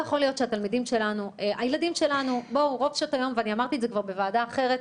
כבר אמרתי את זה בוועדה אחרת: